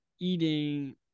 eating